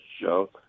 show